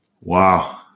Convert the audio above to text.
Wow